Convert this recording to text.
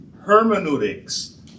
Hermeneutics